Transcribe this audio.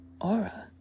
aura